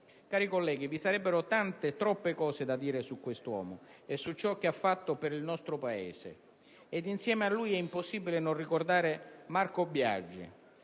Cari colleghi, vi sarebbero tante, troppe cose da dire su quest'uomo e su ciò che ha fatto per il nostro Paese. Ed insieme a lui è impossibile non ricordare Marco Biagi,